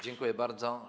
Dziękuję bardzo.